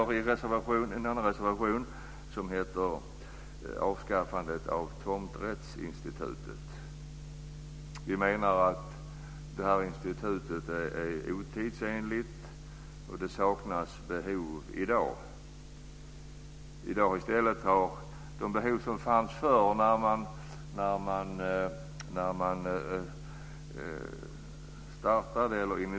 Vi har också en reservation om avskaffande av tomträttsinstitutet. Vi menar att detta institut är otidsenligt och att det inte längre finns behov av det.